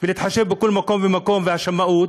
ולהתחשב בכל מקום ומקום בשמאות,